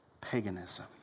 paganism